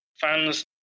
fans